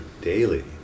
daily